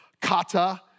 kata